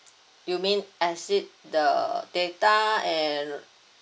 you mean as it the data and